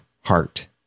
heart